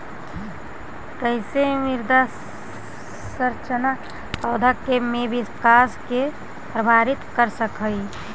कईसे मृदा संरचना पौधा में विकास के प्रभावित कर सक हई?